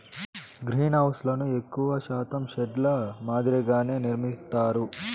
గ్రీన్హౌస్లను ఎక్కువ శాతం షెడ్ ల మాదిరిగానే నిర్మిత్తారు